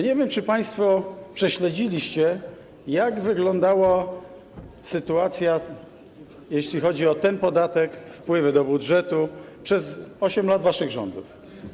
Nie wiem, czy państwo prześledziliście, jak wyglądała sytuacja, jeśli chodzi o ten podatek, o wpływy do budżetu, przez 8 lat waszych rządów.